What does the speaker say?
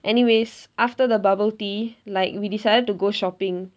anyways after the bubble tea like we decided to go shopping